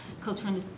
cultural